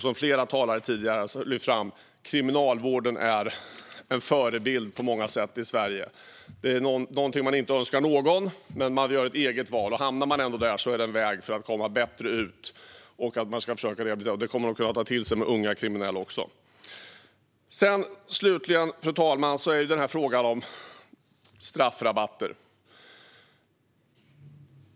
Som flera talare tidigare har lyft fram är kriminalvården på många sätt en förebild i Sverige. Jag önskar inte att någon hamnar där, men man gör ett eget val. Och hamnar man ändå där är det en väg för att komma bättre ut och bli rehabiliterad. Det kommer de att kunna ta till sig med unga kriminella också. Fru talman! Slutligen gäller det frågan om straffrabatter.